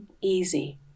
easy